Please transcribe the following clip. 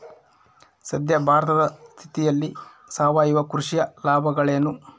ಸದ್ಯ ಭಾರತದ ಸ್ಥಿತಿಯಲ್ಲಿ ಸಾವಯವ ಕೃಷಿಯ ಲಾಭಗಳೇನು?